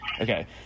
okay